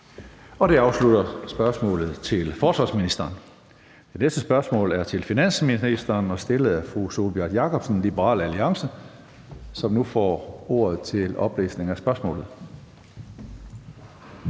Det afslutter spørgsmålet til forsvarsministeren. Det næste spørgsmål er til finansministeren og stillet af fru Sólbjørg Jakobsen, Liberal Alliance. Kl. 15:22 Spm. nr. S 493 2) Til